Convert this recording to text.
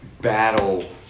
battle